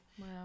Wow